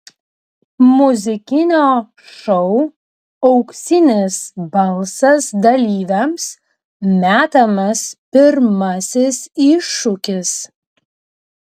muzikinio šou auksinis balsas dalyviams metamas pirmasis iššūkis